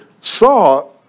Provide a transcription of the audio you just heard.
saw